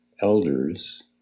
elders